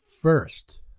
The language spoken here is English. first